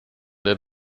der